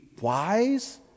wise